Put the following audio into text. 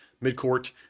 mid-court